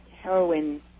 heroin